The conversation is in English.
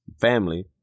family